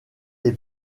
les